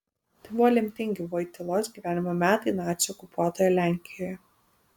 tai buvo lemtingi vojtylos gyvenimo metai nacių okupuotoje lenkijoje